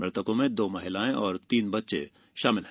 मृतको में दो महिलाएं एवं तीन बच्चे शामिल हैं